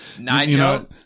Nigel